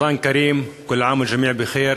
רמדאן כרים, כל עאם ואלג'מיע בח'יר.